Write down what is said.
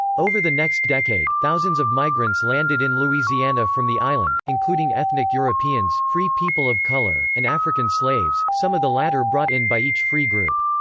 over the next decade, thousands of migrants landed in louisiana from the island, including ethnic europeans, free people of color, and african slaves, some of the latter brought in by each free group.